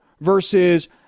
versus